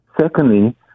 Secondly